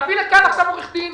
תביא לכאן עכשיו עורך דין,